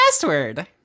password